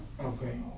Okay